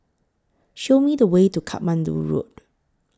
Show Me The Way to Katmandu Road